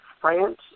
France